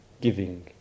giving